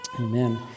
Amen